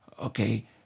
okay